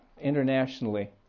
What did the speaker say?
internationally